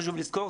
חשוב לזכור,